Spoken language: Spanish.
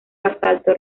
basalto